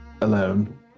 alone